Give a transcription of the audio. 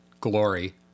Glory